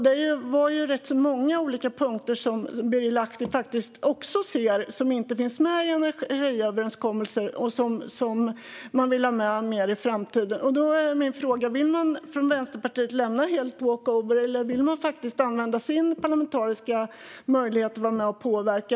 Det är rätt så många olika punkter som Birger Lahti också ser men som inte finns med i energiöverenskommelsen men som man vill ha med mer i framtiden. Då är min fråga: Vill man från Vänsterpartiet lämna walkover, eller vill man använda sin parlamentariska möjlighet att vara med och påverka?